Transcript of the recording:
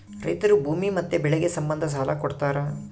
ರೈತರು ಭೂಮಿ ಮತ್ತೆ ಬೆಳೆಗೆ ಸಂಬಂಧ ಸಾಲ ಕೊಡ್ತಾರ